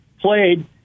played